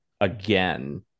again